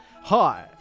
Hi